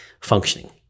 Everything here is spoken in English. functioning